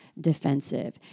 defensive